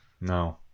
No